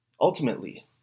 Ultimately